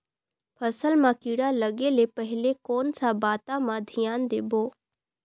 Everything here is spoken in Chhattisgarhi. फसल मां किड़ा लगे ले पहले कोन सा बाता मां धियान देबो?